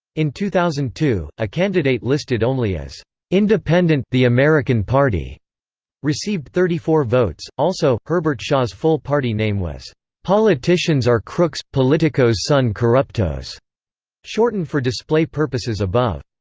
in two thousand and two, a candidate listed only as independent the american party received thirty four votes also, herbert shaw's full party name was politicians are crooks politicos son corruptos shortened for display purposes above.